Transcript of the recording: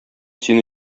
сине